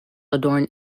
adorn